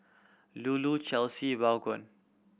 Lulu Chesley Vaughn